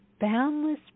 boundless